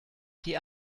die